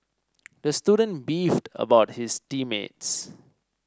the student beefed about his team mates